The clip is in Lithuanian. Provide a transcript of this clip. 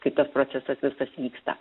kai tas procesas visas vyksta